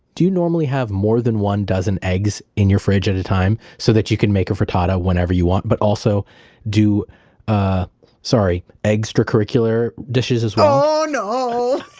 do you normally have more than one dozen eggs in your fridge at a time so that you can make a frittata whenever you want, but also do ah sorry, eggstracurricular dishes as well? oh no